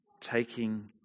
taking